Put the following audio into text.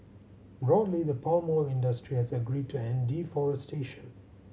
broadly the palm oil industry has agreed to end deforestation